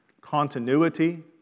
continuity